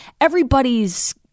Everybody's